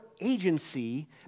agency